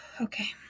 Okay